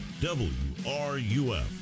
WRUF